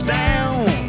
down